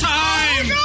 time